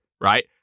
right